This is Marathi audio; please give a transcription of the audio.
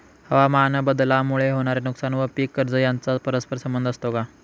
हवामानबदलामुळे होणारे नुकसान व पीक कर्ज यांचा परस्पर संबंध असतो का?